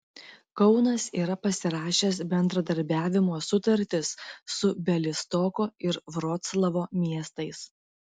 kaunas yra pasirašęs bendradarbiavimo sutartis su bialystoko ir vroclavo miestais